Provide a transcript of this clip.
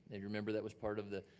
if you remember, that was part of the,